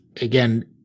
again